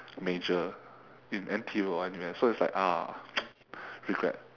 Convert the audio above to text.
major in N_T_U or N_U_S so it's like ah regret